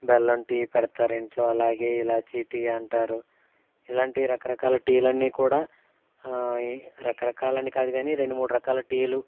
బెల్లం టీ పెడతారు ఇంట్లో అలాగే ఇలాచీ టీ అంటారు ఇలాంటి రకరకాల టీలన్నీ కూడా రకరకాలని కాదు కాని రెండు మూడు రకాల టీలు